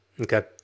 Okay